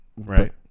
Right